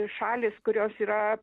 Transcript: šalys kurios yra